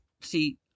see